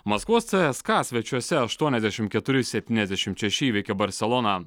maskvos cska svečiuose aštuoniasdešimt keturi septyniasdešimt šeši įveikė barseloną